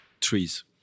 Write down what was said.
trees